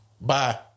Bye